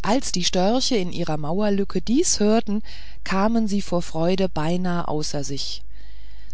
als die störche an ihrer mauerlücke dieses hörten kamen sie vor freuden beinahe außer sich